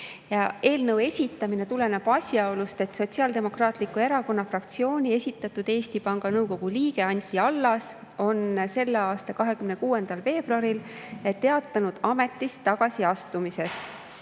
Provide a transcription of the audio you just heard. Eelnõu esitamine tuleneb asjaolust, et Sotsiaaldemokraatliku Erakonna fraktsiooni esitatud Eesti Panga Nõukogu liige Anti Allas on selle aasta 26. veebruaril teatanud ametist tagasiastumisest.